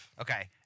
Okay